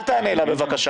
--- אל תענה לה, בבקשה.